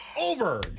over